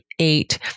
eight